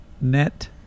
Net